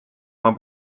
oma